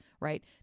right